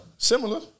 Similar